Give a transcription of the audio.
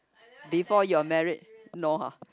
before your marriage no !huh!